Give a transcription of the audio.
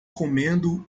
comendo